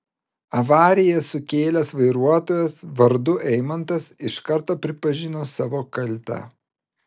avariją sukėlęs vairuotojas vardu eimantas iš karto pripažino savo kaltę